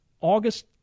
August